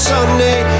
Sunday